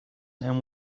and